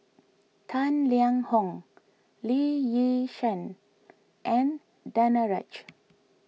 Tang Liang Hong Lee Yi Shyan and Danaraj